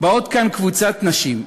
באה כאן קבוצת נשים,